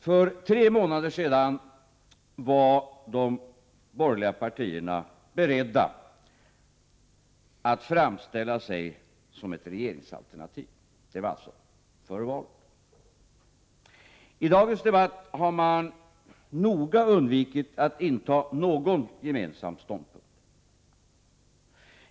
För tre månader sedan var de borgerliga partierna beredda att framställa sig som ett regeringsalternativ. Det var före valet. I dagens debatt har man noga undvikit att inta någon gemensam ståndpunkt.